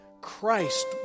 Christ